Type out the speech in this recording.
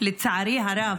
לצערי הרב,